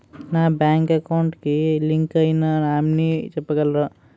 నా bank account కి link అయినా నామినీ చెప్పగలరా?